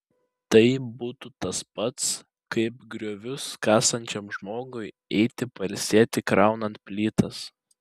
tai būtų tas pats kaip griovius kasančiam žmogui eiti pailsėti kraunant plytas